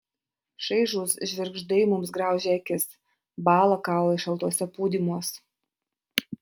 šaižūs žvirgždai mums graužia akis bąla kaulai šaltuose pūdymuos